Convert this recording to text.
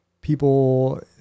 People